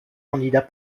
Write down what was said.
candidats